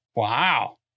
wow